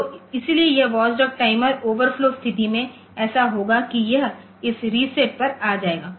तो इसलिए यह वॉचडॉग टाइमर ओवरफ्लो स्थिति में ऐसा होगा कि यह इस रीसेट पर आ जाएगा